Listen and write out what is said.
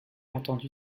entendu